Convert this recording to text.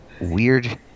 weird